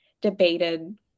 debated